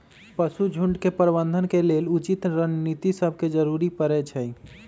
पशु झुण्ड के प्रबंधन के लेल उचित रणनीति सभके जरूरी परै छइ